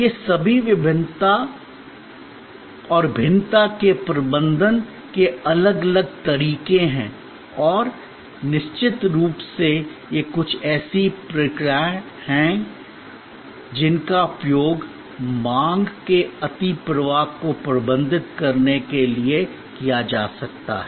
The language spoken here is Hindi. ये सभी भिन्नता के प्रबंधन के अलग अलग तरीके हैं और निश्चित रूप से ये कुछ ऐसी ही प्रक्रियाएं हैं जिनका उपयोग मांग के अतिप्रवाह को प्रबंधित करने के लिए किया जा सकता है